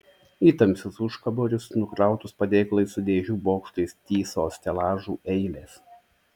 į tamsius užkaborius nukrautus padėklais su dėžių bokštais tįso stelažų eilės